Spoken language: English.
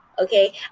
Okay